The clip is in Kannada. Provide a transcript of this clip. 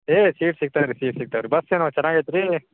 ಏ ಸೀಟ್ ಸಿಕ್ತವ ರೀ ಸೀಟ್ ಸಿಕ್ತವ ರೀ ಬಸ್ ಏನೋ ಚೆನ್ನಾಗೈತಿ ರೀ